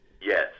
Yes